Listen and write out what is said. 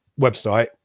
website